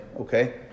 okay